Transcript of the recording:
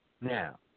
Now